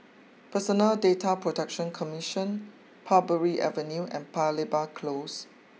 Personal Data Protection Commission Parbury Avenue and Paya Lebar close